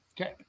Okay